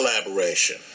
collaboration